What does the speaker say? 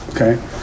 okay